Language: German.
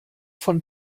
von